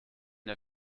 der